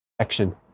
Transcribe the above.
Action